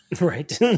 Right